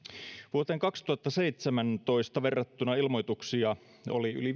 vuoteen kaksituhattaseitsemäntoista verrattuna ilmoituksia oli